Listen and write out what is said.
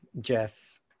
Jeff